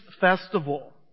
festival